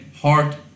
heart